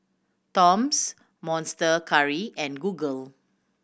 Toms Monster Curry and Google